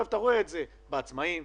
אתה רואה את זה בעצמאיים,